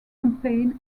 campaign